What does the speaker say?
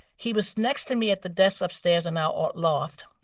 he was next to me at the desk upstairs in our loft.